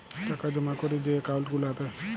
টাকা জমা ক্যরে যে একাউল্ট গুলাতে